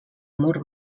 mur